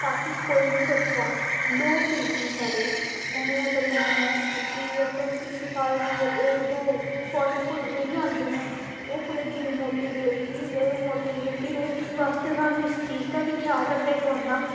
ताकि कोई बी बच्चा लो फील निं करै उ'नें अगर इन्नी मेह्नत कीती दी ऐ पर ओह् किसी कारण अगर एह् दो प्वाइंट कोल रेही जंदे न ते ओह् कुतै डिमोटिवेट निं होई जाए ओह् मोटीवेट निं रवै इस बास्तै सानूं इस चीज़ दा बी ख्याल रक्खने पौंदा